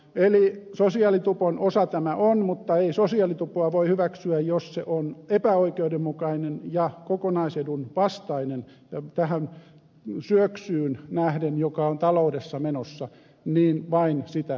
eli sosiaalitupon osa tämä on mutta ei sosiaalitupoa voi hyväksyä jos se on epäoikeudenmukainen ja kokonaisedun vastainen tähän syöksyyn nähden joka on taloudessa menossa ja vain sitä syventävä